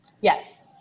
Yes